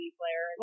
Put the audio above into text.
player